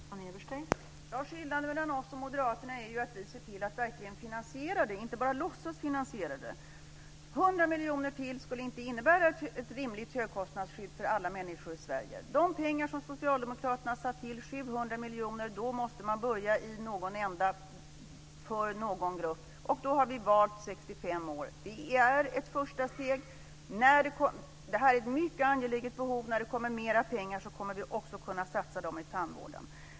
Fru talman! Skillnaden mellan oss och Moderaterna är ju att vi ser till att verkligen finansiera det - inte bara låtsas finansiera det. 100 miljoner till skulle inte innebära ett rimligt högkostnadsskydd för alla människor i Sverige. De pengar som Socialdemokraterna har satt in är 700 miljoner kronor. Då måste man börja i någon ända för någon grupp. Då har vi valt 65-åringarna. Det är ett första steg. Det här är ett mycket angeläget behov. När det kommer mer pengar kommer vi också att kunna satsa dem i tandvården.